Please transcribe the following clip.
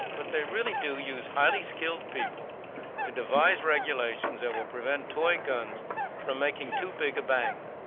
but they really do use highly-skilled people to devise regulations that will prevent toy guns from making too big a bang.